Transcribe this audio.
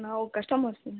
ನಾವೂ customer sir